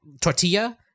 tortilla